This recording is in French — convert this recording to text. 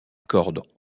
corde